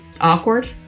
Awkward